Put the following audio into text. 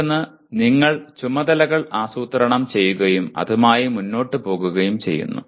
മറ്റൊന്ന് നിങ്ങൾ ചുമതലകൾ ആസൂത്രണം ചെയ്യുകയും അതുമായി മുന്നോട്ടു പോകുകയും ചെയ്യുന്നു